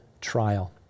trial